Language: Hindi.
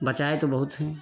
बचाए तो बहुत है